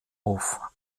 hof